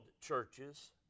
churches